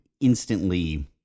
instantly